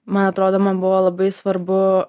man atrodo man buvo labai svarbu